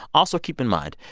also keep in mind,